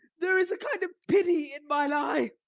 there is a kind of pity in mine eye